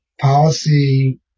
policy